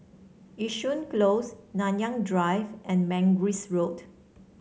Yishun Close Nanyang Drive and Mangis Road